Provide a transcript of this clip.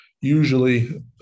usually